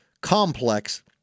complex